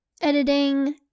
editing